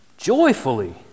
Joyfully